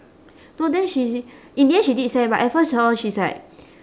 no then she in the end she did send but at first hor she's like